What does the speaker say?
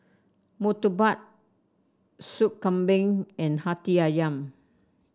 murtabak Sup Kambing and hati ayam